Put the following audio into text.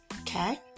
Okay